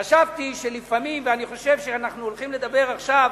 חשבתי שלפעמים, אנחנו הולכים לדבר עכשיו,